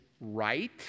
right